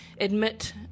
admit